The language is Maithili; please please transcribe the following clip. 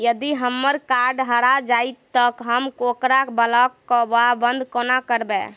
यदि हम्मर कार्ड हरा जाइत तऽ हम ओकरा ब्लॉक वा बंद कोना करेबै?